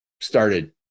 started